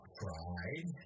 pride